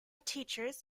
teachers